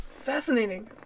fascinating